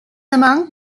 among